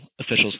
officials